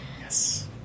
Yes